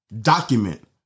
document